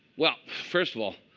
well, first of all,